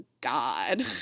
god